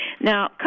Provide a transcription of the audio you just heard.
Now